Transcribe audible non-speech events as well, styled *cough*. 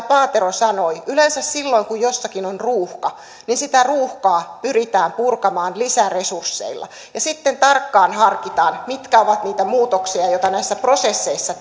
*unintelligible* paatero sanoi yleensä silloin kun jossakin on ruuhka niin sitä ruuhkaa pyritään purkamaan lisäresursseilla ja sitten tarkkaan harkitaan mitkä ovat niitä muutoksia joita näissä prosesseissa *unintelligible*